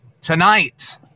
tonight